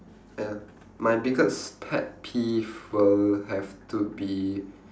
ya my biggest pet peeve will have to be